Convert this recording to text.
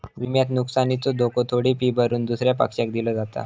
विम्यात नुकसानीचो धोको थोडी फी भरून दुसऱ्या पक्षाक दिलो जाता